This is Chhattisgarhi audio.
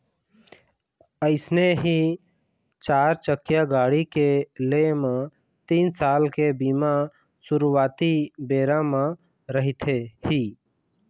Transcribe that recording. अइसने ही चारचकिया गाड़ी के लेय म तीन साल के बीमा सुरुवाती बेरा म रहिथे ही